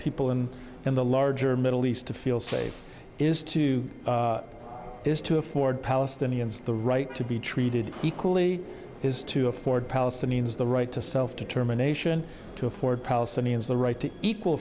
people and in the larger middle east to feel safe is to is to afford palestinians the right to be treated equally is to afford palestinians the right to self determination to afford palestinians the right to equal